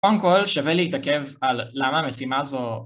קודם כל, שווה להתעכב על למה המשימה הזו...